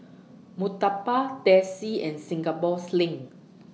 Murtabak Teh C and Singapore Sling